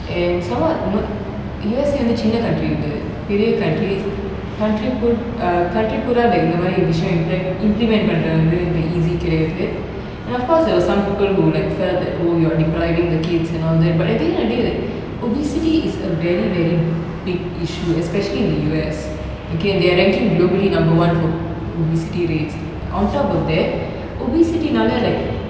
and some more not U_S_A only சின்ன:chinna country கெடயாது பெரிய:kedayathu periya countries country பூரா:poora err country இந்தமாதிரி:intha mathiri implement பண்றது வந்து:panrathu vanthu like easy கெடயாது:kedayathu and of course there was some people who like felt that oh you're depriving the kids and all that but at the end of the day like obesity is a very very big issue especially in the U_S okay and they're ranking globally number one for obesity rates on top of that obesity scale like